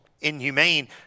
inhumane